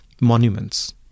monuments